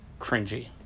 cringy